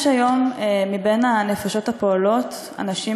יש היום בין הנפשות הפועלות אנשים